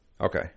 Okay